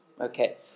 Okay